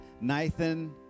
Nathan